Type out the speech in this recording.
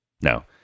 no